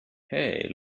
hey